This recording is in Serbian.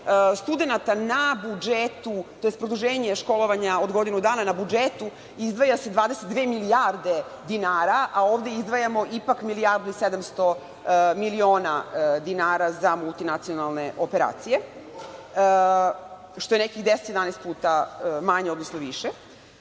studenata na budžetu, tj. produženje školovanja od godinu dana na budžetu izdvaja se 22 milijarde dinara, a ovde izdvajamo ipak milijardu i 700 miliona dinara za multinacionalne operacije, što je nekih 10-11 puta manje, odnosno više. Šta